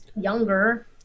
younger